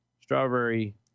strawberry